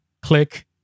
Click